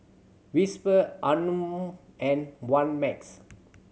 WhisperR Anmum and one Max